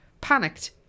panicked